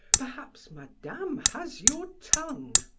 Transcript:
perhaps madame has your tongue?